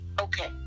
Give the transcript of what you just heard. Okay